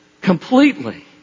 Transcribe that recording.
completely